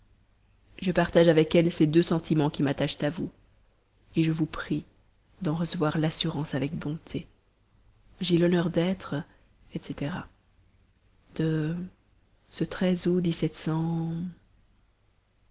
je partage avec elle ces deux sentiments qui m'attachent à vous je vous prie d'en recevoir l'assurance avec bonté j'ai l'honneur d'être etc maman est